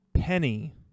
Penny